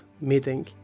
meeting